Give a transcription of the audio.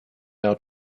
out